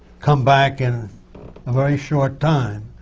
come back in a very short time,